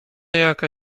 jaka